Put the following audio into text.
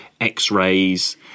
x-rays